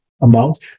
amount